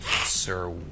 Sir